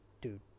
dude